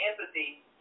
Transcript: empathy